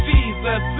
Jesus